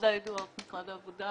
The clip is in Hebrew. ממשרד העבודה.